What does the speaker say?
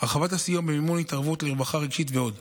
הרחבת הסיוע במימון התערבות לרווחה רגשית ועוד.